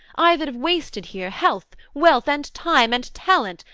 i that have wasted here health, wealth, and time, and talent,